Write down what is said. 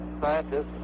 scientists